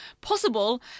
possible